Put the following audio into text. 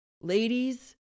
ladies